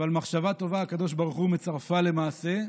אבל מחשבה טובה, הקדוש ברוך הוא מצרפה למעשה.